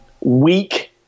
weak